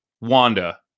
wanda